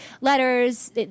letters